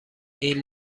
این